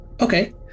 Okay